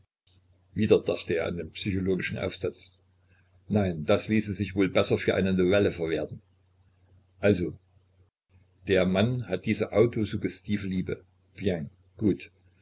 wieder dachte er an den psychologischen aufsatz nein das ließe sich wohl besser für eine novelle verwerten also der mann hat diese autosuggestive liebe bien gut